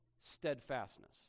steadfastness